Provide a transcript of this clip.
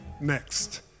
next